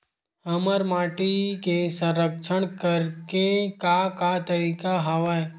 हमर माटी के संरक्षण करेके का का तरीका हवय?